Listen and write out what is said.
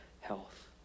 health